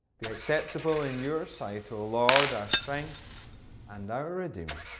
be acceptable in your sight o lord, our strength and our redeemer.